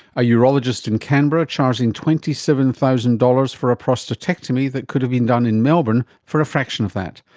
a urologist in canberra charging twenty seven thousand dollars for a prostatectomy that could have been done in melbourne for a fraction of that.